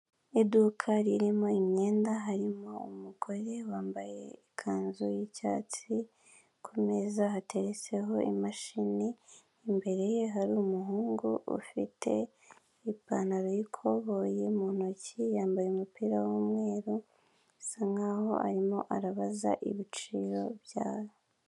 Aha ngaha hari ameza yicayeho abantu bane harimo umugore umwe ndetse n'abagabo batatu, bicaye ku ntebe nziza cyane bose imbere yabo hari indangururamajwi kugirango ngo babashe kumvikana, hakaba hari kandi n'uducupa tw'amazi atunganywa n'uruganda ruzwi cyane mu Rwanda mu gutunganya ibyo kunywa rw'inyange